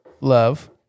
Love